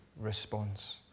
response